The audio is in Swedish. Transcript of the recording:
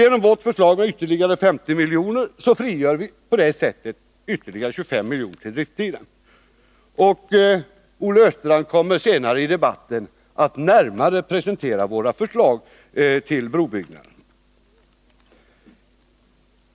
Genom vårt förslag om ytterligare 50 milj.kr. frigör vi på detta område ytterligare 25 milj.kr. på driftsidan. Olle Östrand kommer senare i debatten att närmare presentera våra förslag till brobyggnader.